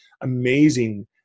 amazing